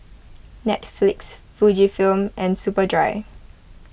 Netflix Fujifilm and Superdry